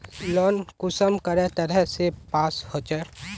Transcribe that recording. Loan कुंसम करे तरह से पास होचए?